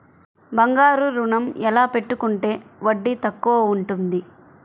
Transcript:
బంగారు ఋణం ఎలా పెట్టుకుంటే వడ్డీ తక్కువ ఉంటుంది?